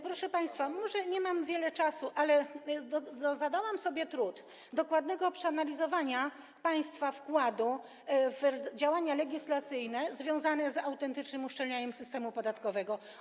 Proszę państwa, nie mam wiele czasu, ale zadałam sobie trud dokładnego przeanalizowania państwa wkładu w działania legislacyjne związane z autentycznym uszczelnianiem systemu podatkowego.